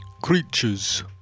Creatures